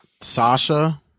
Sasha